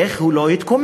איך הוא לא יתקומם?